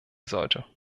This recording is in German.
sollte